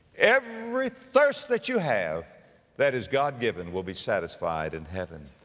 every thirst that you have that is god-given will be satisfied in heaven.